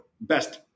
best